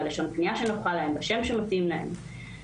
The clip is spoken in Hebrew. בלשון הפנייה שנוחה להם ובשם שמתאים להם.